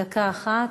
דקה אחת,